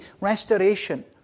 restoration